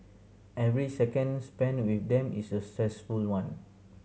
every second spent with them is a stressful one